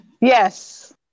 Yes